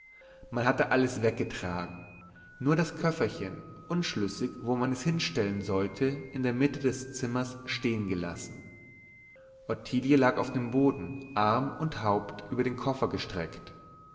man hatte alles weggetragen nur das köfferchen unschlüssig wo man es hinstellen sollte in der mitte des zimmers stehengelassen ottilie lag auf dem boden arm und haupt über den koffer gestreckt